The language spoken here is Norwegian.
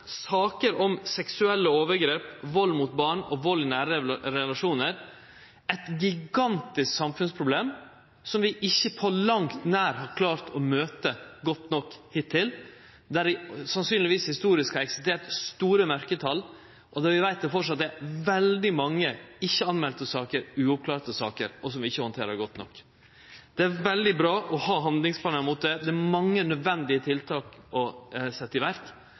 Saker om seksuelle overgrep, vald mot barn og vald i nære relasjonar er eit gigantisk samfunnsproblem som vi på langt nær har klart å møte godt nok hittil. Historisk har det sannsynlegvis eksistert store mørketal, og vi veit at det framleis er veldig mange saker som ikkje er melde, ikkje klara opp, og som ein ikkje handterer godt nok. Det er veldig bra å ha handlingsplanar mot det, det er mange nødvendige tiltak å setje i